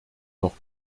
noch